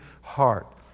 heart